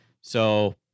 So-